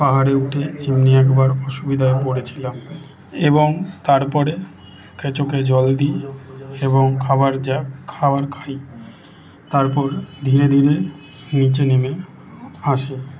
পাহাড়ে উঠে এমনি একবার অসুবিধায় পরেছিলাম এবং তারপরে মুখে চোখে জল দিয়ে এবং খাবার যা খাবার খাই তারপর ধীরে ধীরে নিচে নেমে আসি